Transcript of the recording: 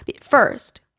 first